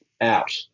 out